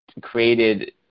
created